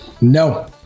no